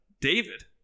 David